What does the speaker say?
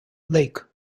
lake